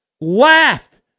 laughed